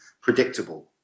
predictable